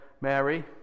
Mary